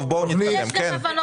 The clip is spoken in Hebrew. בואו נתקדם.